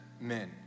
men